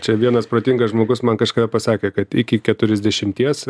čia vienas protingas žmogus man kažkada pasakė kad iki keturiasdešimties